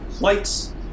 lights